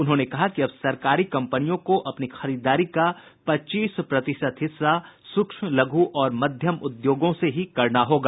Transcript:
उन्होंने कहा कि अब सरकारी कंपनियों को अपनी खरीदारी का पच्चीस प्रतिशत हिस्सा सूक्ष्म लघु और मध्यम उद्योगों से ही करना होगा